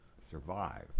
survive